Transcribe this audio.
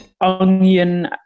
onion